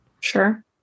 Sure